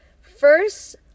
First